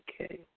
Okay